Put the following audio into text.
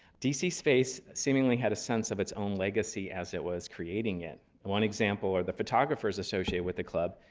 d c. space seemingly had a sense of its own legacy as it was creating it. one example are the photographers associated with the club,